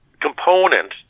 component